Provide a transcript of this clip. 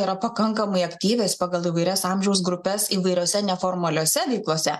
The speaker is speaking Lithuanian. yra pakankamai aktyvios pagal įvairias amžiaus grupes įvairiose neformaliose veiklose